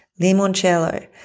limoncello